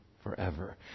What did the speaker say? forever